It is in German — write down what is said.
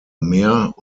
mehr